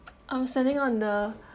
I'm standing on the